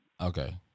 Okay